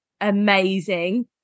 Amazing